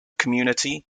community